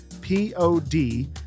P-O-D